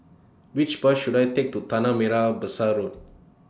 Which Bus should I Take to Tanah Merah Besar Road